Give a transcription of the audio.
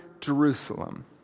Jerusalem